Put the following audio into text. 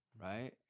right